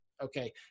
Okay